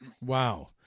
Wow